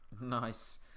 nice